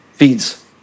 feeds